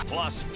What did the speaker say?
Plus